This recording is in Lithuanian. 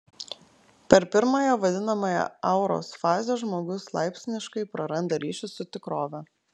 per pirmąją vadinamąją auros fazę žmogus laipsniškai praranda ryšį su tikrove